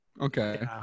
Okay